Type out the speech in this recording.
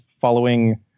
following